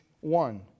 one